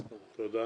תודה.